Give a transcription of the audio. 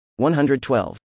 112